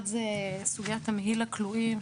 אחד זה סוגיית תמהיל הכלואים,